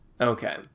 Okay